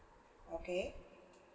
okay